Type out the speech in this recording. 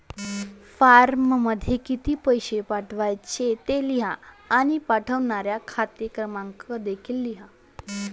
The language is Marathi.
फॉर्ममध्ये किती पैसे पाठवायचे ते लिहा आणि पाठवणारा खाते क्रमांक देखील लिहा